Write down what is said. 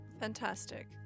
Fantastic